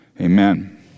Amen